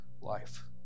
life